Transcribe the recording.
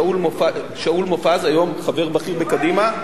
שאול מופז, היום חבר בכיר בקדימה.